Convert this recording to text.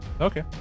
Okay